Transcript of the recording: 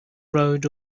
rode